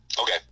Okay